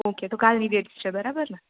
okay તો કાલની dates છે બરાબર ને